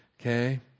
Okay